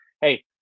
hey